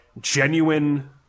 genuine